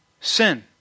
sin